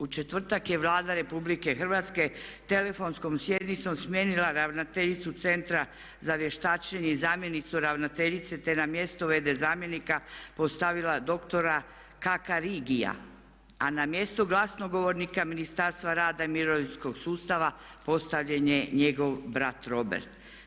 U četvrtak je Vlada RH telefonskom sjednicom smijenila ravnateljicu Centra za vještačenje i zamjenicu ravnateljice, te na mjesto v.d. zamjenika postavila doktora Kakarigija, a na mjesto glasnogovornika Ministarstva rada i mirovinskog sustava postavljen je njegov brat Robert.